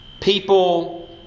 People